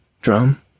Drum